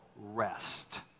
rest